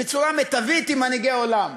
בצורה מיטבית עם מנהיגי עולם,